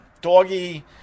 Doggy